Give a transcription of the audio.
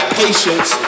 patience